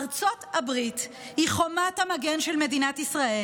ארצות הברית היא חומת המגן של מדינת ישראל.